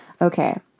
okay